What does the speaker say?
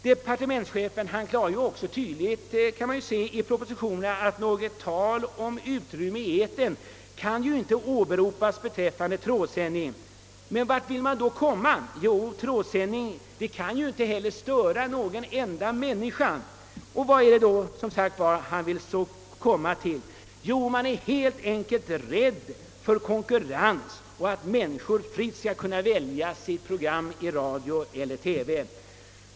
Departementschefen klargör också tydligt i propositionen att något tal om utrymme i etern inte kan åberopas beträffande trådsändning. Trådsändning kan ju inte heller störa någon enda människa. Vart vill han då komma? Jo, man är helt enkelt rädd för att det skall bli konkurrens och för att människor skall kunna välja sina program i radio eller TV.